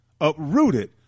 uprooted